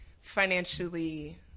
financially